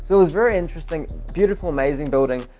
so was very interesting, beautiful, amazing building,